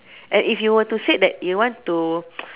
and if you were to say that you want to